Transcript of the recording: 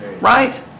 right